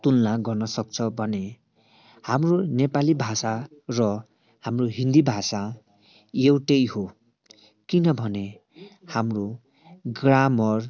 तुलना गर्न सक्छ भने हाम्रो नेपाली भाषा र हाम्रो हिन्दी भाषा एउटै हो किनभने हाम्रो ग्रामर